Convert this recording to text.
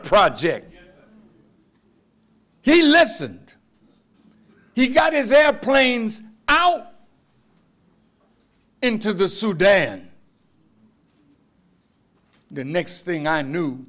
project he listened he got his airplanes out into the sudan the next thing i knew